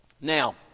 Now